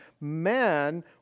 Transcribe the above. man